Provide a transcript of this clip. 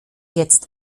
jetzt